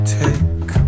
take